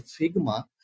Figma